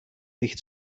nicht